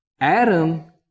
Adam